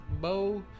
bow